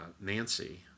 Nancy